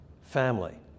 family